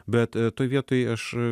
bet toj vietoj aš